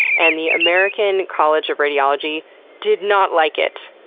and the american college of radiology did not like it.